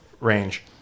range